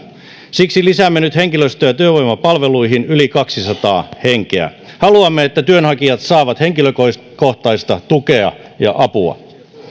siksi lisäämme nyt henkilöstöä työvoimapalveluihin yli kaksisataa henkeä haluamme että työnhakijat saavat henkilökohtaista tukea ja apua